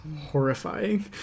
horrifying